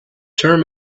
term